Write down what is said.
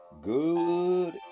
Good